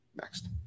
Next